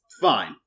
fine